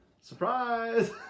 Surprise